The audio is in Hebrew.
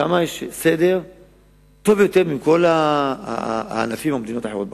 שם יש הסדר הטוב ביותר מכל הענפים במדינות אחרות בעולם.